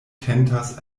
tentas